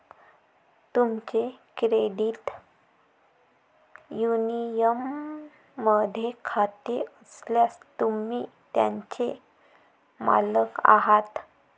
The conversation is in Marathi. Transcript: तुमचे क्रेडिट युनियनमध्ये खाते असल्यास, तुम्ही त्याचे मालक आहात